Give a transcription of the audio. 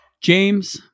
James